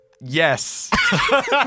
Yes